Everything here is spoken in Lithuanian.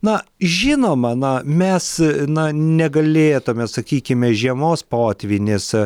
na žinoma na mes na negalėtume sakykime žiemos potvynis